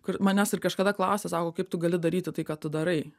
kur manęs ir kažkada klausia sako kaip tu gali daryti tai ką tu darai